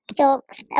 jokes